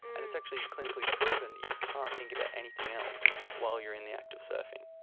and it's actually clinically proven that you can't think about anything else while you are in the act of surfing.